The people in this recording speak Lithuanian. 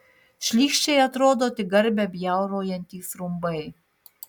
šlykščiai atrodo tik garbę bjaurojantys rumbai